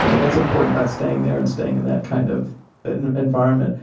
you know what's important about staying there and staying in that kind of environment?